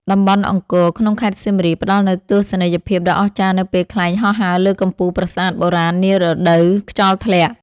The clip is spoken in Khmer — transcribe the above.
តំបន់អង្គរក្នុងខេត្តសៀមរាប ផ្ដល់នូវទស្សនីយភាពដ៏អស្ចារ្យនៅពេលខ្លែងហោះហើរលើកំពូលប្រាសាទបុរាណនារដូវខ្យល់ធ្លាក់។